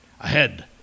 ahead